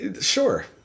Sure